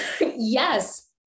Yes